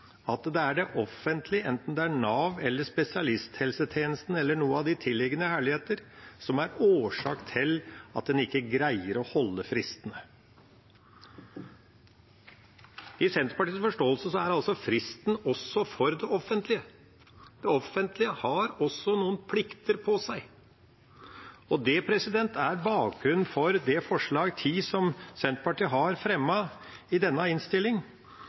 at det er det offentlige, enten det er Nav eller spesialisthelsetjenesten eller noen av de tilliggende herligheter, som er årsaken til at en ikke greier å holde fristene. I Senterpartiets forståelse er fristen også for det offentlige – det offentlige har også noen plikter på seg. Det er bakgrunnen for forslag nr. 10, som Senterpartiet har fremmet i denne